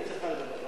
היא צריכה לדבר.